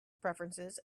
preferences